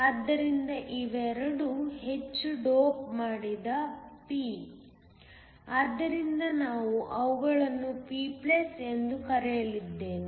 ಆದ್ದರಿಂದ ಇವೆರಡೂ ಹೆಚ್ಚು ಡೋಪ್ ಮಾಡಿದ p ಆದ್ದರಿಂದ ನಾನು ಅವುಗಳನ್ನು p ಎಂದು ಕರೆಯಲಿದ್ದೇನೆ